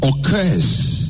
occurs